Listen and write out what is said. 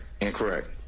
Incorrect